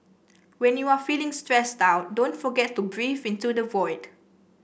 when you are feeling stressed out don't forget to breathe into the void